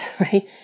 right